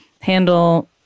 handle